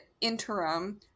interim